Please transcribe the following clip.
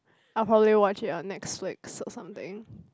I'll probably watch it on Netflix or something